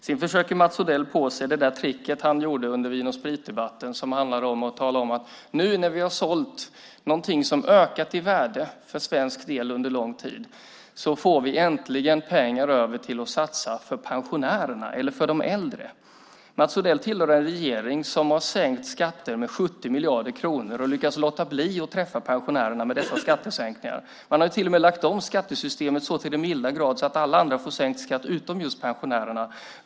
Sedan försöker Mats Odell sig på det där tricket han gjorde under Vin & Sprit-debatten som handlade om att tala om: Nu när vi har sålt någonting som ökat i värde för svensk del under lång tid får vi äntligen pengar över till att satsa på pensionärerna eller de äldre. Mats Odell tillhör en regering som har sänkt skatter med 70 miljarder kronor och lyckats låta bli att träffa pensionärerna med dessa skattesänkningar. Man har till och med lagt om skattesystemet så till den milda grad att alla andra får sänkt skatt utom just pensionärerna.